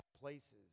places